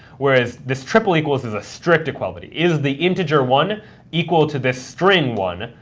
whereas this triple equals is a strict equality. is the integer one equal to this string one?